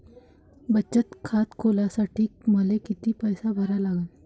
बचत खात खोलासाठी मले किती पैसे भरा लागन?